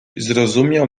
zrozumiał